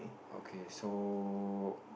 okay so